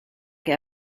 que